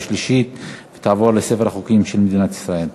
27 בעד, אין נמנעים, אין מתנגדים.